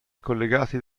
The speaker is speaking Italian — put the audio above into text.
collegati